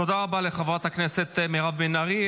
תודה רבה לחברת הכנסת מירב בן ארי.